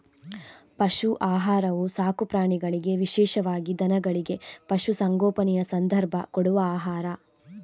ಪಶು ಆಹಾರವು ಸಾಕು ಪ್ರಾಣಿಗಳಿಗೆ ವಿಶೇಷವಾಗಿ ದನಗಳಿಗೆ, ಪಶು ಸಂಗೋಪನೆಯ ಸಂದರ್ಭ ಕೊಡುವ ಆಹಾರ